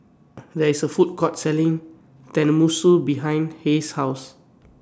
There IS A Food Court Selling Tenmusu behind Hayes' House